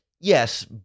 yes